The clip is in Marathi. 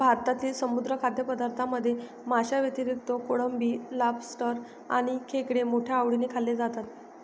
भारतातील समुद्री खाद्यपदार्थांमध्ये माशांव्यतिरिक्त कोळंबी, लॉबस्टर आणि खेकडे मोठ्या आवडीने खाल्ले जातात